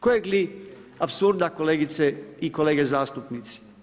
Kojeg li apsurda kolegice i kolege zastupnici.